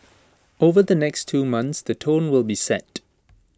over the next two months the tone will be set